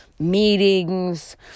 meetings